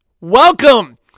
welcome